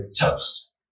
toast